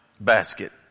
basket